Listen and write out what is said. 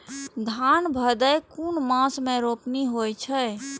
धान भदेय कुन मास में रोपनी होय छै?